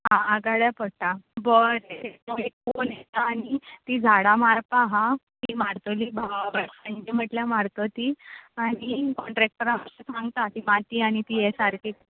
आ आगाड्या पडटा बरें पोन येता आनी तीं झाडां मारपा हा तीं मारतलीं सांचे म्हटल्या मारतो तीं आनी कॉण्ट्रॅक्टराक मातशें सांगता ती माती आनी ती ये सारकी